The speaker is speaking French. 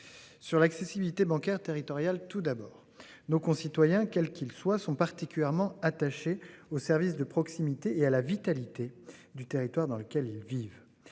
Sur l'accessibilité bancaire territoriale tout d'abord nos concitoyens, quels qu'ils soient sont particulièrement attachés au service de proximité et à la vitalité du territoire dans lequel ils vivent.